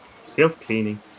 self-cleaning